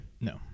No